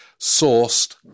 sourced